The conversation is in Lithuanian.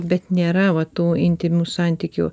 bet nėra va tų intymių santykių